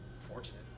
fortunate